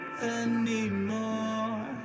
anymore